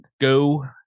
go